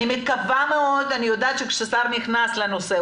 אני מקווה מאוד אני יודעת שכששר נכנס לנושא,